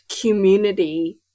community